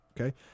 okay